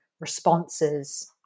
responses